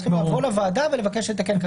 הם צריכים לבוא לוועדה ולבקש לתקן.